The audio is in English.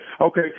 okay